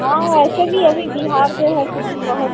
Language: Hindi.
हाँ वैसे भी अभी बिहार जो है फिर भी बहुत